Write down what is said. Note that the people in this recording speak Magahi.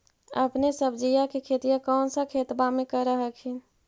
अपने सब्जिया के खेतिया कौन सा खेतबा मे कर हखिन?